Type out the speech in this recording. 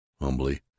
Humbly